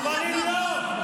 שח'אלד משעל יבוא לפה.